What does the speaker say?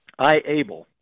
IABLE